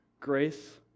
Grace